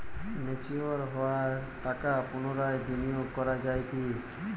Mature হওয়া টাকা পুনরায় বিনিয়োগ করা য়ায় কি?